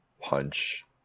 punch